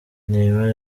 neymar